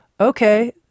Okay